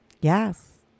Yes